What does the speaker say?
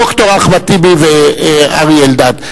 ד"ר אחמד טיבי ואריה אלדד.